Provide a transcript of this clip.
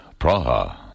Praha